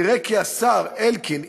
נראה כי השר אלקין,